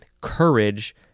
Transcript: courage